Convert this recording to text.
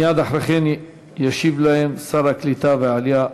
מייד אחרי כן ישיב להם שר הקליטה והעלייה,